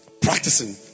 Practicing